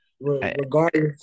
regardless